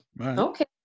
Okay